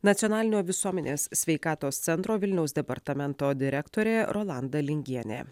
nacionalinio visuomenės sveikatos centro vilniaus departamento direktorė rolanda lingienė